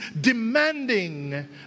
demanding